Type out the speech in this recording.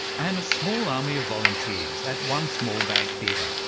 and a small army of volunteers at wan smolbag theatre,